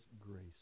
grace